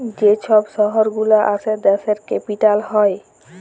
যে ছব শহর গুলা আসে দ্যাশের ক্যাপিটাল হ্যয়